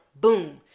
Boom